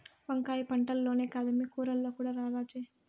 వంకాయ పంటల్లోనే కాదమ్మీ కూరల్లో కూడా రారాజే